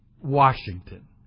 Washington